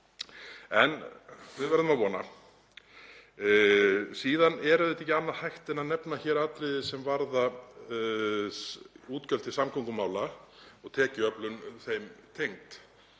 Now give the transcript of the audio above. en við verðum að vona. Síðan er auðvitað ekki annað hægt en að nefna hér atriði sem varða útgjöld til samgöngumála og tekjuöflun þeim tengd.